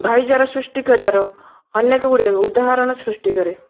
ଭାଇଚାରା ସୃଷ୍ଟି କରିବାର ଅନେକଗୁଡ଼ିଏ ଉଦାହରଣ ସୃଷ୍ଟି କରେ